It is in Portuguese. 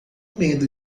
medo